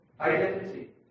identity